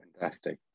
Fantastic